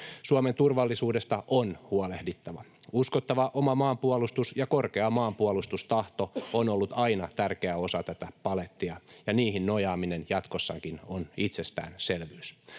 Suomen turvallisuudesta on huolehdittava. Uskottava oma maanpuolustus ja korkea maanpuolustustahto ovat olleet aina tärkeä osa tätä palettia ja niihin nojaaminen jatkossakin on itsestäänselvyys.